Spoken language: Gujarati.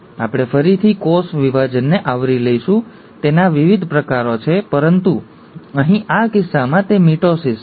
આપણે ફરીથી કોષ વિભાજનને આવરી લઈશું તેના વિવિધ પ્રકારો છે પરંતુ અહીં આ કિસ્સામાં તે મિટોસિસ છે